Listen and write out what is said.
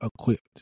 equipped